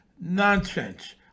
nonsense